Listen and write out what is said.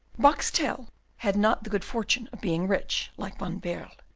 boxtel had not the good fortune of being rich, like van baerle.